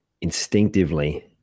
instinctively